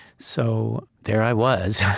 so, there i was,